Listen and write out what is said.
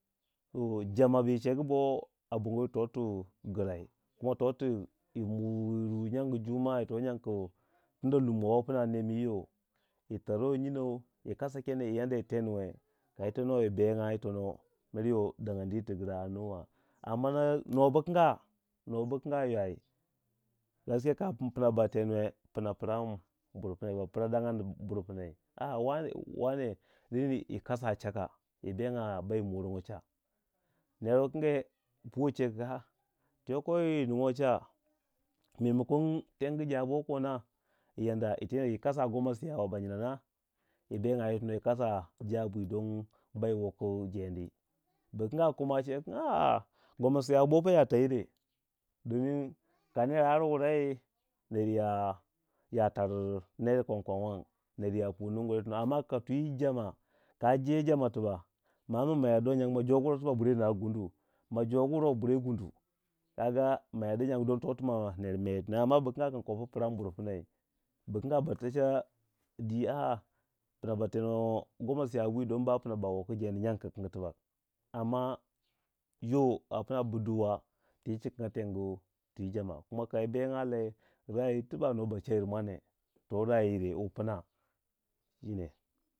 Oh jama bu yi chegu bo abongo yiru to tu grai moh totu yimu yiru nyangu jumma to nyang ku lummo wo pna nem yi yo yi tarwai nyinor yi kasa kene yu anda yi tenuwe ku yi tenuwe yi bengya yi tono mer yo dangyou di yir tu gra a ningwa a nwo bu kanga nmma na uwa bu kinga ywayi ya chika pma ba tenwe pna pran burpmai ba pra dangandi bur pmai ai wane reni yi kasa chaka yi bengya bai momoro cha ner wu kinge puwei chegu kin a tu yoko yi ningu wei cha memakon tengu jabo yi yanda yi kasa goma siyawa banyina na yi benga yitono yi kasa jabwi don bai waku jendi bu kanga kuma cewei kin a a gomasiyawa bo fa ya tayire domin ka ner ar wurai ya tar ner kwang kwang wang ner ya pu ningu wura yitono amma ka twi jama kaje jama tibak ma amin mayardo nyangu ma jogu wura tibak bure nagu gunuw, majoguwaurau bure gunuw kaga mayardi nyangu don toti mame yi tonouu amma nobu kanga kopu prang bur pmai, bu kanga ba techa dwi kin a a ba teno gomasiyawa bwi don pna ba ba waki jendi don nyangu kikangu tibak amma yo apna bu duwa tiyi cikanga tengu twi jama, kuma kai benga lei tibak noba cayir mwane to ra ayi yire wu pna jirai.